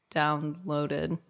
downloaded